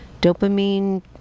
Dopamine